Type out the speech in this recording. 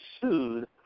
sued